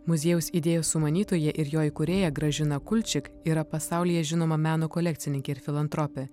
muziejaus idėjos sumanytoja ir jo įkūrėja gražina kulčik yra pasaulyje žinoma meno kolekcininkė ir filantropė